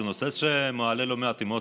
זה נושא שמעלה לא מעט אמוציות,